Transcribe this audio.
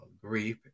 grief